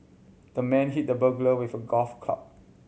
the man hit the burglar with a golf club